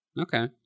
Okay